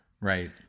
Right